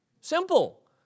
Simple